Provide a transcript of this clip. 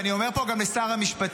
ואני אומר פה גם לשר המשפטים,